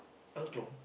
angklung